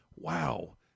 Wow